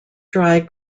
dry